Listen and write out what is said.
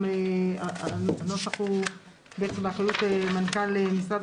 הנוסח הוא בעצם באחריות מנכ"ל משרד,